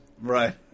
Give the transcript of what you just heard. Right